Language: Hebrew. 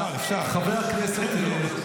חבר הכנסת ביטון.